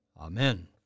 Amen